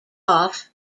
off